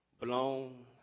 blown